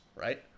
right